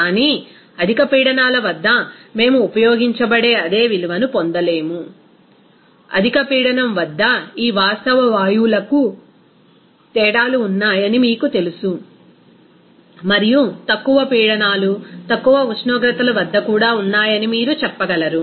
కానీ అధిక పీడనాల వద్ద మేము ఉపయోగించబడే అదే విలువను పొందలేము అధిక పీడనం వద్ద ఈ వాస్తవ వాయువులకు తేడాలు ఉన్నాయని మీకు తెలుసు మరియు తక్కువ పీడనాలు తక్కువ ఉష్ణోగ్రతలు వద్ద కూడా ఉన్నాయని మీరు చెప్పగలరు